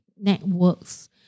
networks